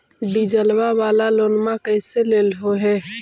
डीजलवा वाला लोनवा कैसे लेलहो हे?